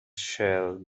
shell